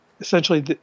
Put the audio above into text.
Essentially